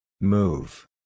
Move